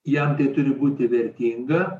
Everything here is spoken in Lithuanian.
jam tai turi būti vertinga